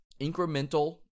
incremental